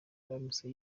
aramutse